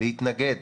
להתנגד